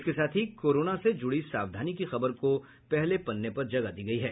इसके साथ ही कोरोना से जुड़ी सावधानी की खबर को पहले पन्ने पर जगह दी है